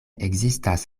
ekzistas